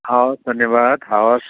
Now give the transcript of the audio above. हवस् धन्यवाद हवस्